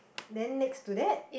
then next to that